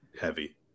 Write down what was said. heavy